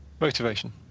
Motivation